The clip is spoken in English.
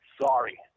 sorry